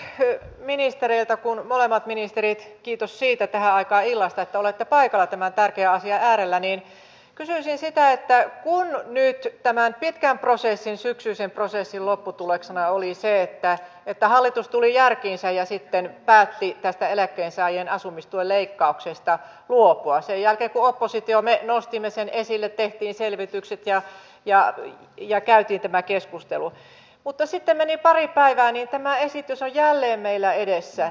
kysyisin nyt ministereiltä kun molemmat ministerit ovat paikalla kiitos siitä että olette paikalla tähän aikaan illasta tämän tärkeän asian äärellä että kun nyt tämän pitkän prosessin syksyisen prosessin lopputuloksena oli se että hallitus tuli järkiinsä ja sitten päätti tästä eläkkeensaajien asumistuen leikkauksesta luopua sen jälkeen kun me oppositiossa nostimme sen esille tehtiin selvitykset ja käytiin tämä keskustelu niin sitten meni pari päivää ja tämä esitys on jälleen meillä edessä